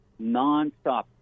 nonstop